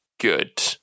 good